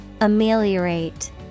Ameliorate